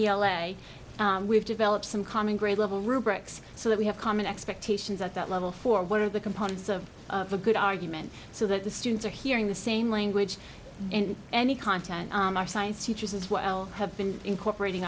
a we've developed some common grade level rubrics so that we have common expectations at that level for what are the components of a good argument so that the students are hearing the same language in any content are science teachers as well have been incorporating